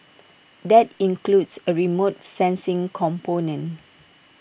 that includes A remote sensing component